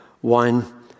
one